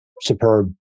superb